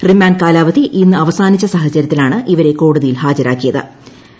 remand കാലാവധി ഇന്ന് അവസാനിച്ച സാഹചര്യത്തിലാണ് ഇവരെ കോടതിയിൽ ഹാജരാക്കിയത്